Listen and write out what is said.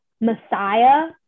messiah